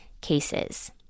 cases